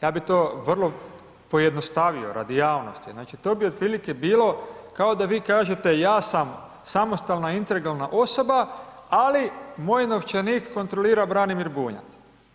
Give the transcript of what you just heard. Ja bi to vrlo pojednostavio radi javnosti, znači to bi otprilike bilo kao da vi kažete ja sam samostalna integralna osoba, ali moj novčanik kontrolira Branimir Bunjac.